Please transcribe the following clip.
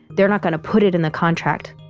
they're not going to put it in the contract.